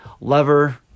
lever